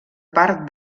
part